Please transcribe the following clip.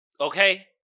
Okay